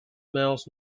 miles